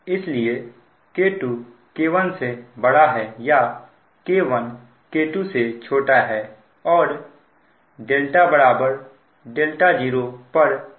इसलिए K2 K1 या K1 K2 और δ δ0 पर Pi Pmax sin 0 है